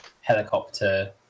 helicopter